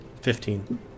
fifteen